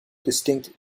distinct